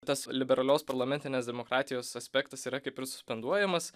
tas liberalios parlamentinės demokratijos aspektas yra kaip ir suspenduojamas